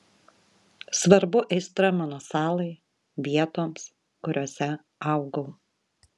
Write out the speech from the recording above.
svarbu aistra mano salai vietoms kuriose augau